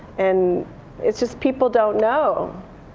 and it's just people don't know.